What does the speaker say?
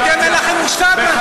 אתם, אין לכם מושג מה זאת דמוקרטיה.